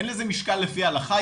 אין לזה משקל לפי ההלכה,